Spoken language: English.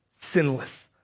sinless